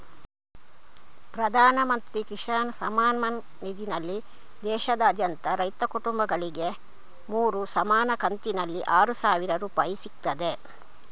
ಪ್ರಧಾನ ಮಂತ್ರಿ ಕಿಸಾನ್ ಸಮ್ಮಾನ್ ನಿಧಿನಲ್ಲಿ ದೇಶಾದ್ಯಂತ ರೈತ ಕುಟುಂಬಗಳಿಗೆ ಮೂರು ಸಮಾನ ಕಂತಿನಲ್ಲಿ ಆರು ಸಾವಿರ ರೂಪಾಯಿ ಸಿಗ್ತದೆ